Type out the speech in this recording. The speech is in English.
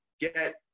get